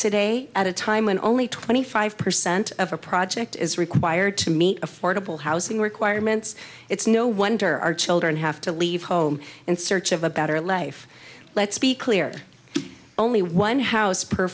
today at a time when only twenty five percent of a project is required to meet affordable housing requirements it's no wonder our children have to leave home in search of a better life let's be clear only one house per